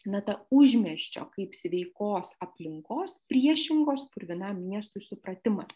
na ta užmiesčio kaip sveikos aplinkos priešingos purvinam miestui supratimas